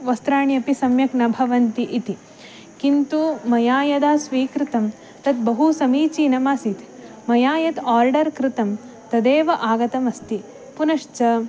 वस्त्राणि अपि सम्यक् न भवन्ति इति किन्तु मया यदा स्वीकृतं तद् बहू समीचीनमासीत् मया यत् आर्डर् कृतं तदेव आगतमस्ति पुनश्च